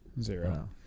Zero